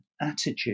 attitude